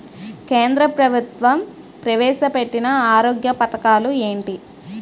కేంద్ర ప్రభుత్వం ప్రవేశ పెట్టిన ఆరోగ్య పథకాలు ఎంటి?